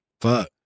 Fuck